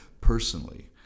personally